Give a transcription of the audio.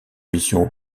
missions